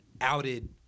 outed